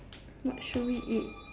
what should we eat